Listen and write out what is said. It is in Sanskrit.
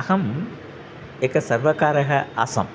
अहम् एकः सर्वकारः आसम्